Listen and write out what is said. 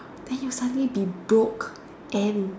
then you suddenly be broke and